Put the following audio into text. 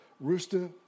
rooster